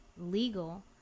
legal